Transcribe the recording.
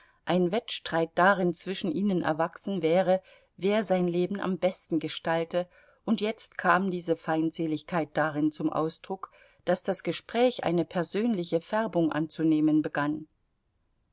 ein wettstreit darin zwischen ihnen erwachsen wäre wer sein leben am besten gestalte und jetzt kam diese feindseligkeit darin zum ausdruck daß das gespräch eine persönliche färbung anzunehmen begann